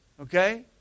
Okay